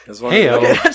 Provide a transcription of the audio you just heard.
hey